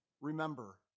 Remember